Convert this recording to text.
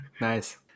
Nice